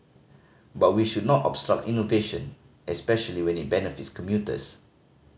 but we should not obstruct innovation especially when it benefits commuters